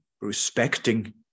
respecting